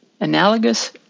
analogous